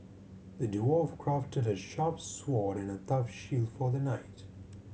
the dwarf crafted a sharp sword and a tough shield for the knight